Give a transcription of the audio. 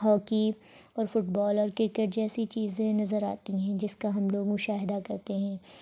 hockey اور football اور کرکٹ جیسی چیزیں نظر آتی ہیں جس کا ہم لوگ مشاہدہ کرتے ہیں